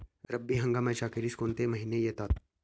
रब्बी हंगामाच्या अखेरीस कोणते महिने येतात?